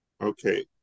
Okay